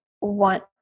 want